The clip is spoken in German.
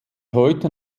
heute